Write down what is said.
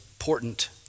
important